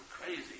crazy